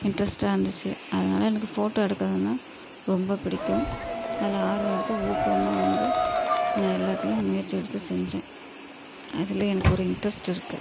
இன்ட்ரஸ்ட்டாக இருந்துச்சு அதனால எனக்கு ஃபோட்டோ எடுக்கறதுனா ரொம்ப பிடிக்கும் அதில் ஆர்வம் எடுத்து ஊக்கமாக வந்து நான் எல்லாத்தையும் முயற்சி எடுத்து செஞ்சேன் அதில் எனக்கு ஒரு இன்ட்ரஸ்ட் இருக்குது